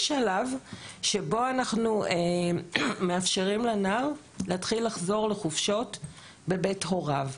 יש שלב שבו אנחנו מאפשרים לנער להתחיל לחזור לחופשות בבית הוריו.